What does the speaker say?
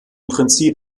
prinzip